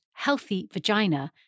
healthyvagina